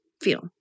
Feel